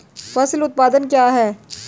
फसल उत्पादन क्या है?